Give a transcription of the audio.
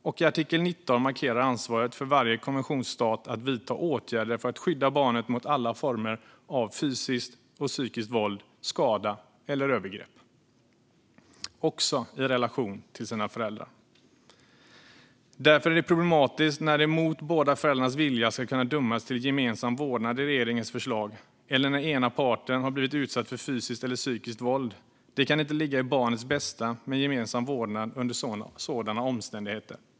Och i artikel 19 markeras ansvaret för varje konventionsstat att vidta åtgärder för att skydda barnet mot alla former av fysiskt och psykiskt våld, skada eller övergrepp - också i relation till föräldrarna. Därför är det problematiskt när det mot båda föräldrarnas vilja ska kunna dömas till gemensam vårdnad i regeringens förslag eller när ena parten har blivit utsatt för fysiskt eller psykiskt våld. Det kan inte ligga i barnets bästa med gemensam vårdnad under sådana omständigheter.